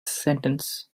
sentence